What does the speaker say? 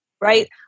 right